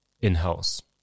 in-house